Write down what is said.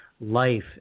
life